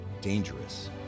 dangerous